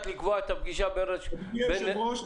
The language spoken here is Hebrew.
לקבוע פגישה --- אדוני היושב-ראש,